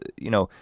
you know,